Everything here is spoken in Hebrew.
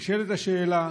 נשאלת השאלה